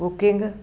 booking